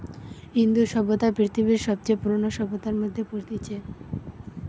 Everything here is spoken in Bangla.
ইন্দু সভ্যতা পৃথিবীর সবচে পুরোনো সভ্যতার মধ্যে পড়তিছে